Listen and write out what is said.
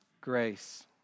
grace